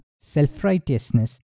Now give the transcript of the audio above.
self-righteousness